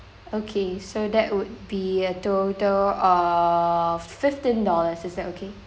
okay so that would be a total of fifteen dollars is that okay